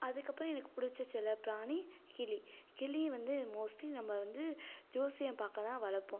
அதுக்கப்புறம் எனக்கு பிடிச்ச செல்லப்பிராணி கிளி கிளி வந்து மோஸ்ட்லி நம்ம வந்து ஜோசியம் பார்க்க தான் வளர்ப்போம்